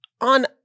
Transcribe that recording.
On